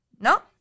No